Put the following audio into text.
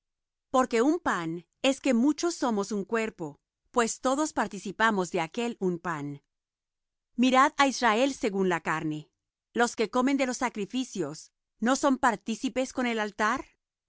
porque un pan es que muchos somos un cuerpo pues todos participamos de aquel un pan mirad á israel según la carne los que comen de los sacrificios no son partícipes con el altar